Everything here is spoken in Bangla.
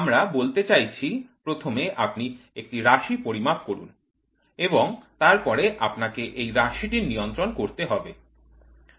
আমরা বলতে চাইছি প্রথমে আপনি একটি রাশি পরিমাপ করুন এবং তারপরে আপনাকে এই রাশিটি নিয়ন্ত্রণ করতে হবে